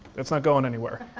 it's not going anywhere.